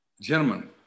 gentlemen